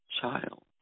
child